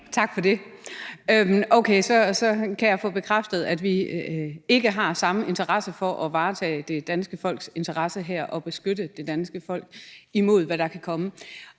tak for det. Okay, så kan jeg få bekræftet, at vi ikke har den samme interesse i at varetage det danske folks interesse her og beskytte det danske folk imod, hvad der kan komme.